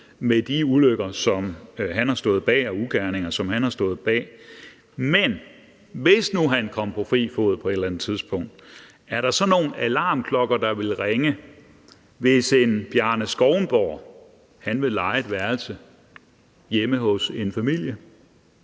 med de ulykker og ugerninger, som han har stået bag. Men hvis nu han kom på fri fod på et eller andet tidspunkt, ville der så være nogen alarmklokker, der ville ringe, hvis hr. Bjarne Skounborg ville leje et værelse hjemme hos en familie,